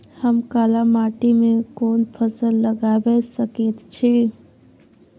हम काला माटी में कोन फसल लगाबै सकेत छी?